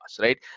right